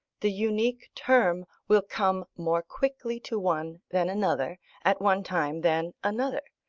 the unique term will come more quickly to one than another, at one time than another,